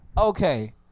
Okay